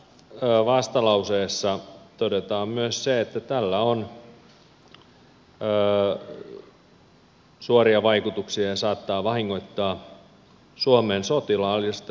samassa vastalauseessa todetaan myös se että tällä on suoria vaikutuksia ja se saattaa vahingoittaa suomen sotilaallista liittoutumattomuutta